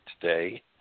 today